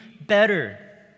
better